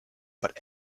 but